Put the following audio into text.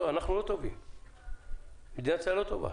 אנחנו לא טובים, מדינת ישראל לא טובה.